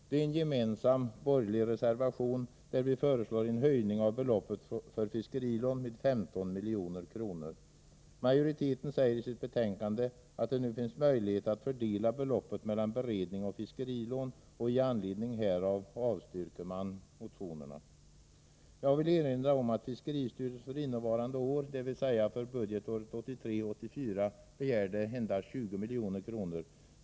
Det är en gemensam borgerlig reservation, där vi föreslår en höjning av beloppet för fiskerilån med 15 milj.kr. Majoriteten säger i betänkandet att det nu finns möjlighet att fördela beloppet mellan beredningsoch fiskerilån och i anledning härav avstyrker den motionerna. Jag vill erinra om att fiskeristyrelsen för innevarande år, dvs. budgetåret 1983/84, begärde endast 20 milj.kr.